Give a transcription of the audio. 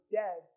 dead